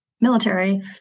military